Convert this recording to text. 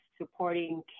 supporting